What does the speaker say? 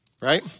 Right